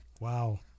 Wow